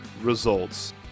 results